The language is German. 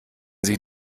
sie